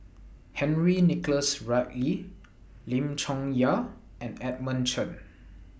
Henry Nicholas Ridley Lim Chong Yah and Edmund Chen